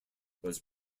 was